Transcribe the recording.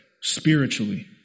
spiritually